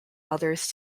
others